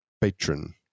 patron